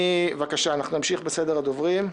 בבקשה, אנחנו נמשיך בסדר הדוברים.